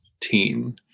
team